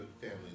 family